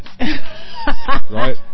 right